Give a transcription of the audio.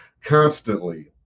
constantly